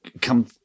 come